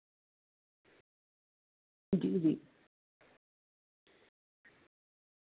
जी जी